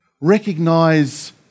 Recognize